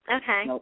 Okay